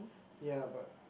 ya but